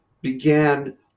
began